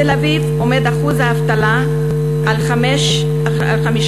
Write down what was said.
בתל-אביב עומד אחוז האבטלה על 5.5%,